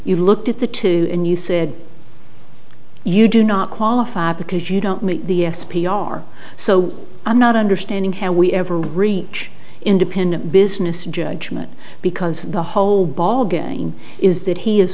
you looked at the two and you said you do not qualify because you don't meet the s p r so i'm not understanding how we ever reach independent business judgment because the whole ball getting is that he is